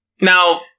Now